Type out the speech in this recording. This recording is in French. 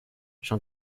j’en